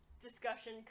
discussion